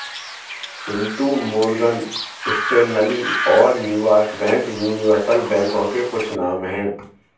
Chintu Morgan Stanley और New York bank universal बैंकों के कुछ नाम है